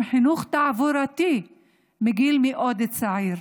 עם חינוך תעבורתי מגיל מאוד צעיר,